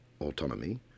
autonomy